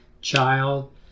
child